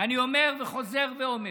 ואני אומר וחוזר ואומר: